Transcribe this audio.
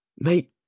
mate